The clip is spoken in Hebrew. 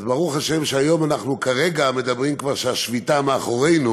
אז ברוך השם שהיום אנחנו מדברים כבר כשהשביתה מאחורינו,